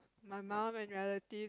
my mum and relatives